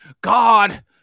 God